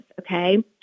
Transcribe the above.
okay